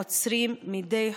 עוצרים מדי חודש.